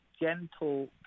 gentle